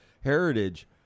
heritage